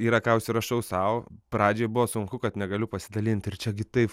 yra ką užsirašau sau pradžioj buvo sunku kad negaliu pasidalint ir čiagi taip